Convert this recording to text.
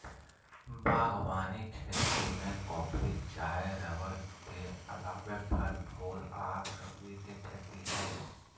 बागवानी खेती में कॉफी, चाय रबड़ के अलावे फल, फूल आर सब्जी के खेती हई